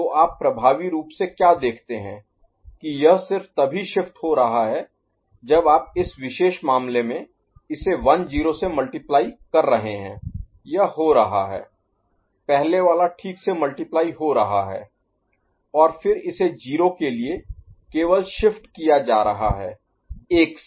तो आप प्रभावी रूप से क्या देखते हैं कि यह सिर्फ तभी शिफ्ट हो रहा है जब आप इस विशेष मामले में इसे 10 से मल्टीप्लाई Multiply गुणा कर रहे हैं यह हो रहा है पहले वाला ठीक से मल्टीप्लाई Multiply गुणा हो रहा है और फिर इसे 0 के लिए केवल शिफ्ट किया जा रहा है एक से